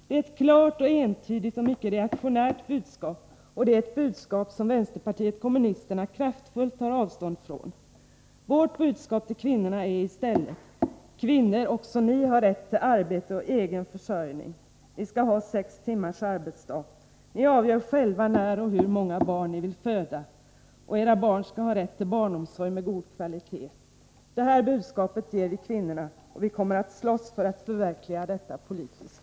Det är ett klart och entydigt och mycket reaktionärt budskap, och det är ett budskap som vänsterpartiet kommunisterna kraftfullt tar avstånd från. Vårt budskap till kvinnorna är i stället: Kvinnor, också ni har rätt till arbete och egen försörjning. Ni skall ha sex timmars arbetsdag. Ni avgör själva när och hur många barn ni vill föda, och era barn skall ha rätt till barnomsorg med god kvalitet. Det här budskapet ger vi kvinnorna, och vi kommer att slåss för att förverkliga detta politiskt.